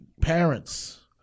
Parents